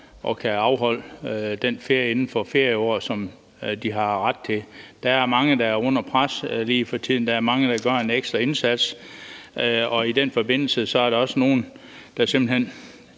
at kunne afholde den ferie, de har ret til, inden for ferieåret. Der er mange, der er under pres lige for tiden. Der er mange, der gør en ekstra indsats, og i den forbindelse er der også nogle, der simpelt hen